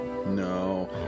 No